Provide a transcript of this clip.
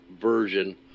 version